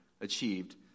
achieved